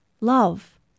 love